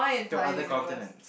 to other continent